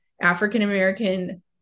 african-american